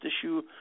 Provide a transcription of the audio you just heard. issue